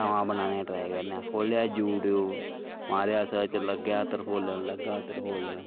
नमां बनाने ट्राई करने आं खोह्लेआ यूटयूब मारेआ सर्च लगेआ तरफोलन लग्गा तरफोलन